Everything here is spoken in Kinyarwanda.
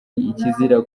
ikizira